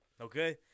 Okay